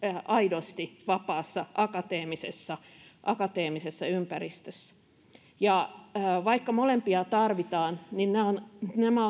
aidosti vapaassa akateemisessa akateemisessa ympäristössä vaikka molempia tarvitaan niin nämä